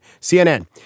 CNN